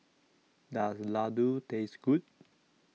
Does Ladoo Taste Good